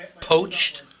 Poached